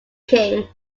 king